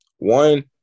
One